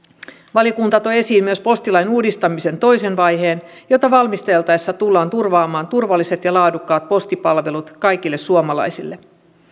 valiokunta toi esiin myös postilain uudistamisen toisen vaiheen jota valmisteltaessa tullaan turvaamaan turvalliset ja laadukkaat postipalvelut kaikille suomalaisille